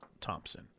Thompson